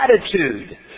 attitude